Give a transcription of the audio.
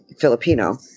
Filipino